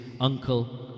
uncle